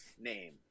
name